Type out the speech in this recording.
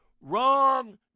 Wrong